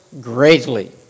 greatly